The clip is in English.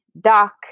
dock